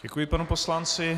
Děkuji panu poslanci.